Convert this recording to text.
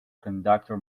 conductor